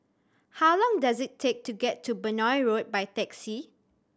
how long does it take to get to Benoi Road by taxi